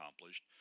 accomplished